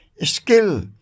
skill